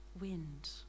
wind